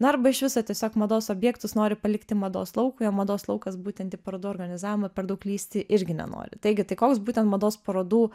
na arba iš viso tiesiog mados objektus nori palikti mados laukui o mados laukas būtent į parodų organizavimą per daug lįsti irgi nenori taigi tai koks būtent mados parodų